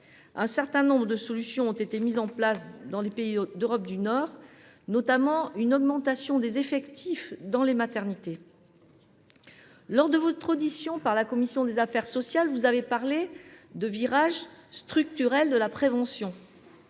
Un certain nombre de solutions ont été mises en place dans les pays d’Europe du Nord, notamment une augmentation des effectifs dans les maternités. Lors de votre audition par la commission des affaires sociales, vous avez parlé, monsieur le ministre, d’un « virage structurel de la prévention